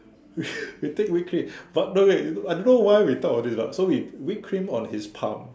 we take whipped cream but no wait I don't know why we thought of this but so whi~ whipped cream on his palm